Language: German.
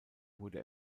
wurde